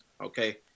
okay